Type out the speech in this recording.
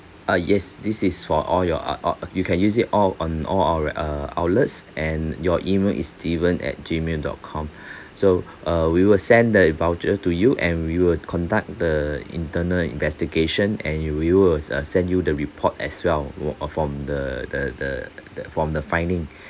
uh yes this is for all your uh or you can use it all on all our err outlets and your email is steven at gmail dot com so err we will send the voucher to you and we will conduct the internal investigation and we will uh send you the report as well were from the the the the from the finding